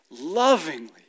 lovingly